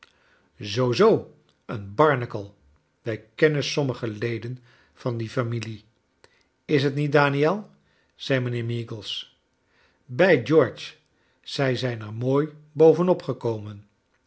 zoo zoo een barnacle wij kennen sommige led en van die familie is t niet daniel zei mijnheer meagles bij george zij zijn er mooi bovenop gekomen